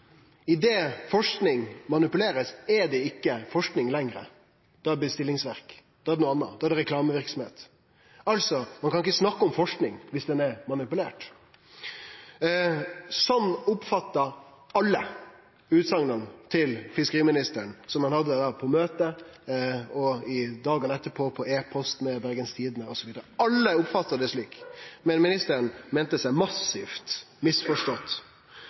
forsking blir manipulert, er det ikkje forsking lenger, då er det bestillingsverk – då er det noko anna, då er det reklameverksemd. Ein kan altså ikkje snakke om forsking dersom den er manipulert. Sånn oppfattar alle utsegna til fiskeriministeren som han hadde på møtet og i dagane etterpå på e-post med Bergens Tidende osv. Alle oppfatta det slik, men ministeren meinte seg massivt misforstått.